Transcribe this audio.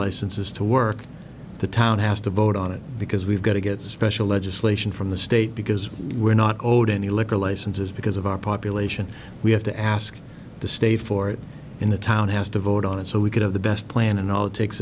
licenses to work the town has to vote on it because we've got to get special legislation from the state because we're not owed any liquor licenses because of our population we have to ask the stay for it in the town has to vote on it so we could have the best plan and all it takes